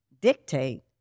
dictate